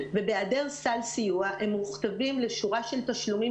בהיעדר סל סיוע הם מחויבים לשורה של תשלומים